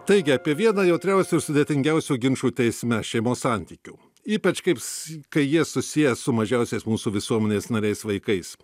taigi apie vieną jautriausių ir sudėtingiausių ginčų teisme šeimos santykių ypač kaips kai jie susiję su mažiausiais mūsų visuomenės nariais vaikais